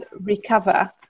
recover